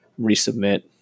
resubmit